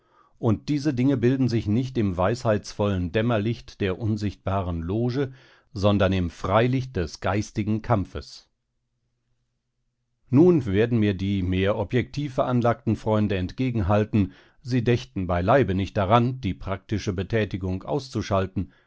und diese dinge bilden sich nicht im weisheitsvollen dämmerlicht der unsichtbaren loge sondern im freilicht des geistigen kampfes nun werden mir die mehr objektiv veranlagten freunde entgegenhalten sie dächten beileibe nicht daran die praktische betätigung auszuschalten